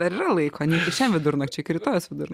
arealai kone vidurnakčio iki rytojaus tada